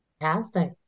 Fantastic